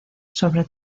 sobre